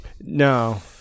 No